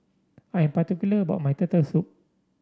I am particular about my Turtle Soup